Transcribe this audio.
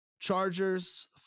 chargers